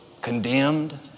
condemned